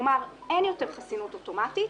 כלומר, אין יותר חסינות אוטומטית,